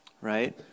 right